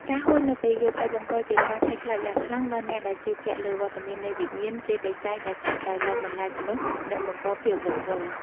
ការហួចនៅពេលយប់ អាចបង្កជាការភ័យខ្លាចយ៉ាងខ្លាំងដល់អ្នកដែលជឿជាក់លើវត្តមាននៃវិញ្ញាណព្រាយបិសាចដែលតែងតែលងបន្លាចមនុស្ស និងបង្កភាពវឹកវរ។